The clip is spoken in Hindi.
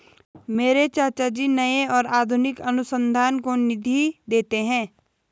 मेरे चाचा जी नए और आधुनिक अनुसंधान को निधि देते हैं